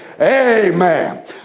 Amen